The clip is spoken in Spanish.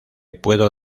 puedo